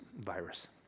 virus